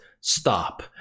stop